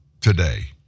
Today